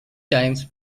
times